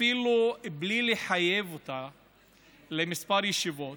אפילו בלי לחייב אותה למספר ישיבות,